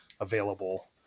available